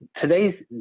today's